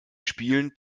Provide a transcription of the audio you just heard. spielen